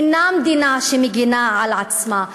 אינה מדינה שמגינה על עצמה.